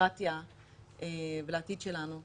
לדמוקרטיה ולעתיד שלנו.